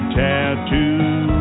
tattoo